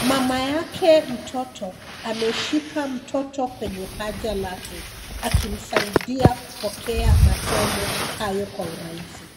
Mama yake mtoto ameshika mtoto kwenye paja lake akimsaidia kupokea matone hayo kwa urahisi.